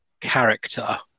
character